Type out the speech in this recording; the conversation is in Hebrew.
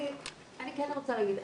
אני כן רוצה להגיד,